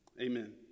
amen